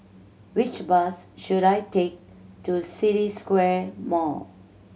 which bus should I take to City Square Mall